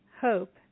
hope